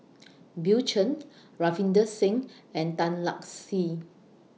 Bill Chen Ravinder Singh and Tan Lark Sye